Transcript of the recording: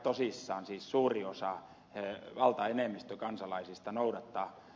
siis suuri osa valtaenemmistö kansalaisista noudattaa